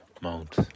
Mount